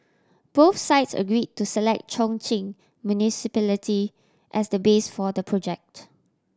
both sides agreed to select Chongqing Municipality as the base for the project